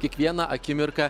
kiekvieną akimirką